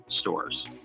stores